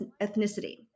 ethnicity